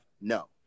No